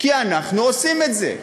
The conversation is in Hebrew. כי אנחנו עושים את זה.